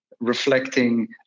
reflecting